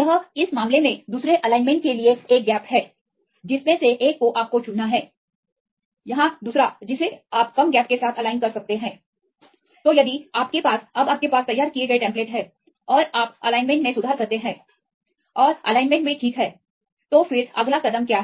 यह इस मामले में दूसरे एलाइनमेंट के लिए एक अंतर है जिसमें से एक को आपको चुनना है यहां दूसरा जिसे आप कम अंतराल के साथ एलाइन कर सकते हैं तो यदि आपके पास अब आपके पास तैयार किए गए टेम्पलेट हैं और आप सुधार एलाइनमेंट में सुधार करते हैं और एलाइनमेंट भी ठीक है तो फिरअगला कदम क्या है